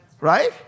right